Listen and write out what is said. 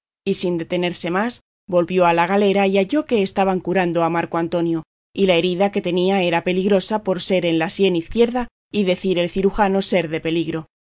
y sin detenerse más volvió a la galera y halló que estaban curando a marco antonio y la herida que tenía era peligrosa por ser en la sien izquierda y decir el cirujano ser de peligro